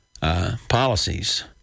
policies